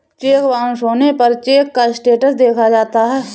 check bounce होने पर cheque का स्टेटस देखा जाता है